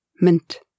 Mint